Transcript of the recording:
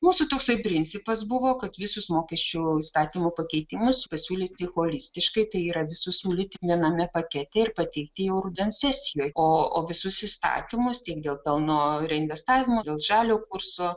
mūsų toksai principas buvo kad visus mokesčių įstatymo pakeitimus pasiūlyti holistiškai tai yra visus siūlyti viename pakete ir pateikti jau rudens sesijoj o o visus įstatymus tiek dėl pelno reinvestavimo dėl žalio kurso